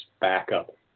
backup